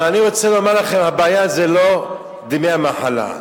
אבל אני רוצה לומר לכם, הבעיה זה לא דמי המחלה,